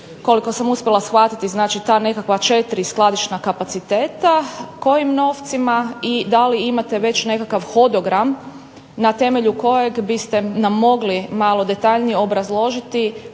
Koliko sam uspjela shvatiti ta nekakva 4 skladišna kapaciteta, kojim novcima i da li imate već nekakav hodogram na temelju kojeg biste nam mogli malo detaljnije obrazložiti